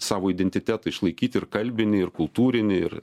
savo identitetą išlaikyt ir kalbinį ir kultūrinį ir